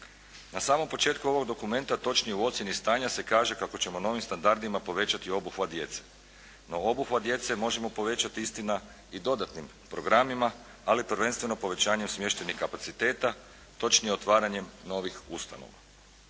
Na samom početku ovog dokumenta, točnije u ocijeni stanja se kaže kako ćemo novim standardima povećati obuhvat djece. No obuhvat djece možemo povećati, istina, i dodatnim programima, ali prvenstveno povećanjem smještajnih kapaciteta, točnije, otvaranjem novih ustanova.